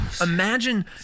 imagine